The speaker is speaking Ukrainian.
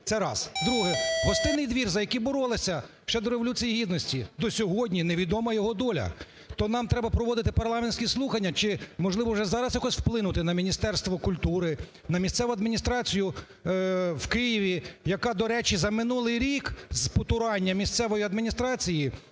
Це раз. Друге. Гостинний двір, за який боролися ще до Революції Гідності, до сьогодні невідома його доля. То нам треба проводити парламентські слухання чи, можливо, вже зараз якось вплинути на Міністерство культури, на місцеву адміністрацію в Києві, яка, до речі, за минулий рік з потурання місцевої адміністрації